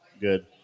Good